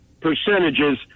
percentages